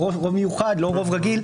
לא רוב רגיל,